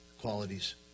qualities